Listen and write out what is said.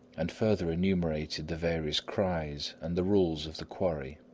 and further enumerated the various cries, and the rules of the quarry.